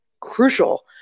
crucial